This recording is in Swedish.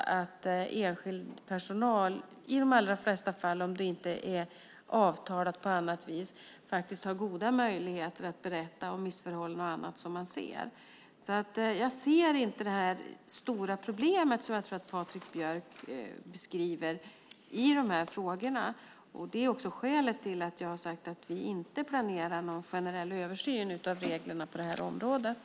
Enskild personal har i de allra flesta fall faktiskt goda möjligheter att berätta om missförhållanden som man ser, om det inte är avtalat på annat vis. Jag ser inte det stora problem i de här frågorna som Patrik Björck beskriver. Det är skälet till att jag har sagt att vi inte planerar någon generell översyn av reglerna på det här området.